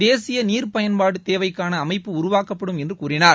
தேசிய நீர் பயன்பாடு தேவைக்கான அமைப்பு உருவாக்கப்படும் என்று கூறினார்